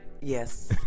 Yes